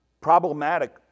problematic